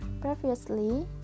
Previously